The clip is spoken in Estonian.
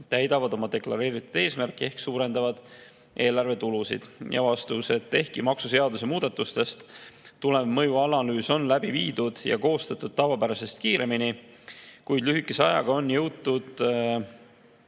täidavad oma deklareeritud eesmärki ehk suurendavad eelarve tulusid?" Vastus. Maksuseaduse muudatuste mõjuanalüüs on läbi viidud ja koostatud tavapärasest kiiremini. Lühikese ajaga on jõutud